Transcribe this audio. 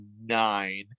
nine